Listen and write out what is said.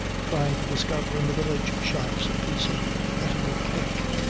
trying to discover in the village shops a piece of eatable cake.